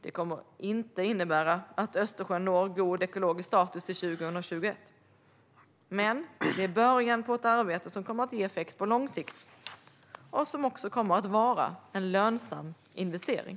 Det kommer inte att innebära att Östersjön når god ekologisk status till 2021, men det är början på ett arbete som kommer att ge effekt på lång sikt och som också kommer att vara en lönsam investering.